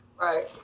Right